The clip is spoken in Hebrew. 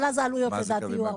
אבל אז העלויות יהיו, לדעתי, הרבה.